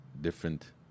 different